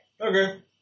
Okay